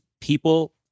People